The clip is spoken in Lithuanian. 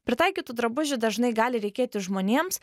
pritaikytų drabužių dažnai gali reikėti žmonėms